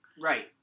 Right